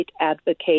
advocate